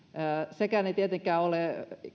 sekään tietenkään ei ole